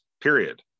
period